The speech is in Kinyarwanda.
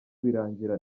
birangira